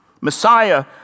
Messiah